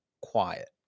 quiet